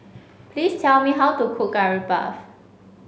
please tell me how to cook Curry Puff